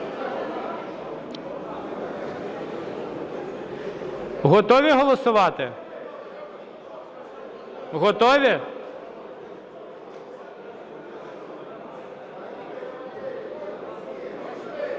Готові голосувати? Готові?